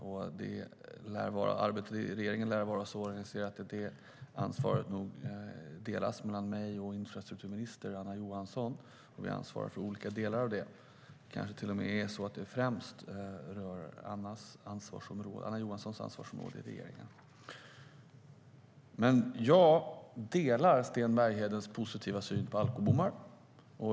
Arbetet i regeringen lär vara så organiserat att det ansvaret delas mellan mig och infrastrukturminister Anna Johansson. Vi ansvarar för olika delar. Det kanske till och med är så att det främst rör Anna Johanssons ansvarsområde i regeringen. Jag delar Sten Berghedens positiva syn på alkobommar.